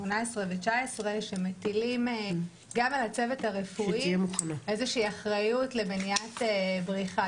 18 ו-19 שמטילים גם על הצוות הרפואי איזושהי אחריות למניעת בריחה,